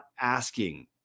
asking